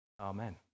Amen